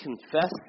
confess